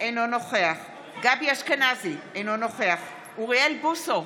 אינו נוכח גבי אשכנזי, אינו נוכח אוריאל בוסו,